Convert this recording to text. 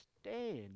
stand